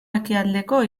ekialdeko